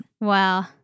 Wow